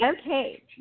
Okay